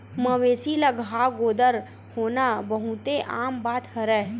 मवेशी ल घांव गोदर होना बहुते आम बात हरय